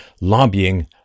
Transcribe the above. lobbying